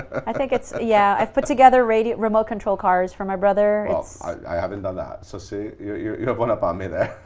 i think it's, yeah, i've put together radio remote-control cars for my brother. it's. i haven't done that, so see, you have one up on me there.